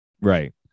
Right